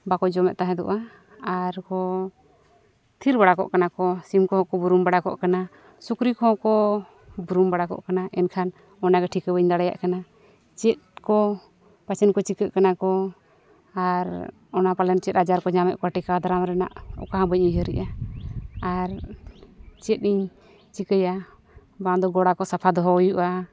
ᱵᱟᱠᱚ ᱡᱚᱢᱮᱜ ᱛᱟᱦᱮᱱᱟ ᱟᱨᱠᱚ ᱛᱷᱤᱨ ᱵᱟᱲᱟ ᱠᱚᱜ ᱠᱟᱱᱟ ᱠᱚ ᱥᱤᱢ ᱠᱚᱦᱚᱸ ᱠᱚ ᱵᱩᱨᱩᱢ ᱵᱟᱲᱟ ᱠᱚᱜ ᱠᱟᱱᱟ ᱠᱚ ᱥᱩᱠᱨᱤ ᱠᱚᱦᱚᱸ ᱵᱩᱨᱩᱢ ᱵᱟᱲᱟ ᱠᱚᱜ ᱠᱟᱱᱟ ᱢᱮᱱᱠᱷᱟᱱ ᱚᱱᱟᱜᱮ ᱵᱟᱹᱧ ᱴᱷᱤᱠᱟᱹ ᱫᱟᱲᱮᱭᱟᱜ ᱠᱟᱱᱟ ᱪᱮᱫ ᱠᱚ ᱯᱟᱪᱮᱫ ᱠᱚ ᱪᱤᱠᱟᱹᱜ ᱠᱟᱱᱟ ᱠᱚ ᱟᱨ ᱚᱱᱟ ᱯᱟᱞᱮᱱ ᱪᱮᱫ ᱟᱡᱟᱨ ᱠᱚ ᱧᱟᱢᱮᱫ ᱠᱚᱣᱟ ᱴᱮᱠᱟᱣ ᱫᱟᱨᱟᱢ ᱨᱮᱱᱟᱜ ᱚᱠᱟ ᱦᱚᱸ ᱵᱟᱹᱧ ᱩᱭᱦᱟᱹᱨᱮᱫᱼᱟ ᱟᱨ ᱪᱮᱫ ᱤᱧ ᱪᱤᱠᱟᱹᱭᱟ ᱵᱟᱝᱫᱚ ᱜᱳᱲᱟ ᱠᱚ ᱥᱟᱯᱷᱟ ᱫᱚᱦᱚ ᱦᱩᱭᱩᱜᱼᱟ